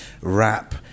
rap